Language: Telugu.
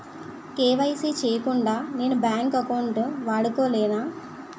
కే.వై.సీ చేయకుండా నేను బ్యాంక్ అకౌంట్ వాడుకొలేన?